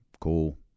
cool